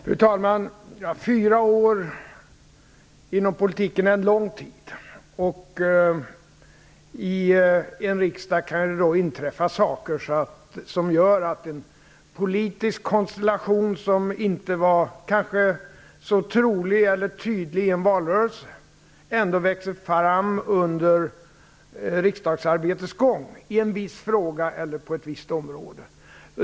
Fru talman! Fyra år är en lång tid inom politiken. I en riksdag kan det inträffa saker som gör att en politisk konstellation som kanske inte var så trolig eller tydlig i en valrörelse ändå växer fram under riksdagsarbetets gång i en viss fråga eller på ett visst område.